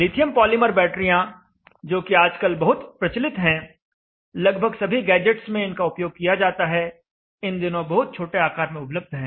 lithium polymer बैटरियाँ जोकि आजकल बहुत प्रचलित हैं लगभग सभी गैजेट्स में इनका उपयोग किया जाता है इन दिनों बहुत छोटे आकार में उपलब्ध हैं